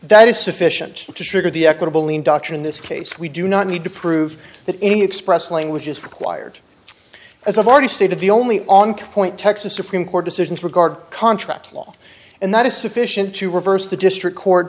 that is sufficient to trigger the equitable lien doctrine in this case we do not need to prove that any expressive language is required as i've already stated the only on coin texas supreme court decisions regarding contract law and that is sufficient to reverse the district co